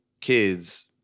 kids